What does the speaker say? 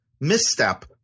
misstep